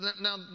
Now